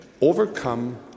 overcome